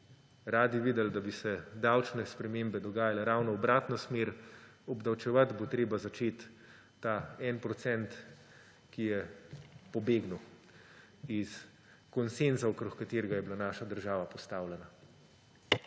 radi videli, da bi se davčne spremembe dogajale ravno v obratno smer – obdavčevati bo treba začeti ta 1 %, ki je pobegnil iz konsenza, okrog katerega je bila naša država postavljena.